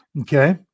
Okay